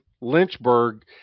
Lynchburg